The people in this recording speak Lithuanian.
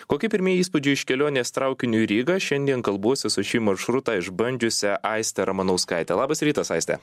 kokie pirmieji įspūdžiai iš kelionės traukiniu į rygą šiandien kalbuosi su šį maršrutą išbandžiusia aiste ramanauskaite labas rytas aiste